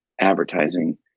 advertising